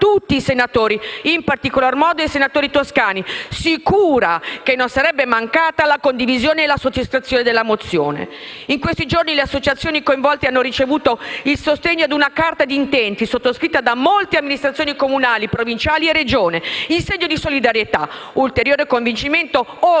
tutti i senatori (in particolar modo toscani), sicura che non sarebbe mancata la condivisone e la sottoscrizione della mozione. In questi giorni le associazioni coinvolte hanno ricevuto il sostegno ad una carta d'intenti sottoscritta da molte amministrazioni comunali, provinciali e dalla Regione, in segno di solidarietà: a ulteriore convincimento,